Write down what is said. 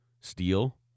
steel